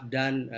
done